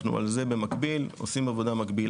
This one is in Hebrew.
אנחנו על זה במקביל, עושים עבודה מקבילה.